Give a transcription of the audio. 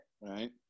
Right